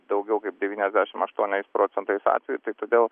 daugiau kaip devyniasdešimt aštuoniais procentais atvejų tai todėl